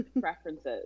preferences